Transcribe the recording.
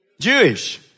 Jewish